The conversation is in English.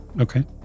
Okay